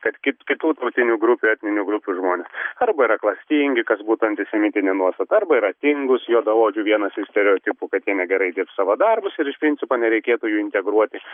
kad kit kitų tautinių grupių etninių grupių žmonės arba yra klastingi kas būtų antisemitinė nuostata arba yra tingūs juodaodžių vienas iš stereotipų kad jie negerai dirbs savo darbus ir iš principo nereikėtų jų integruoti